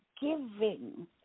giving